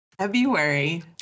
February